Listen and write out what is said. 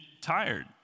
tired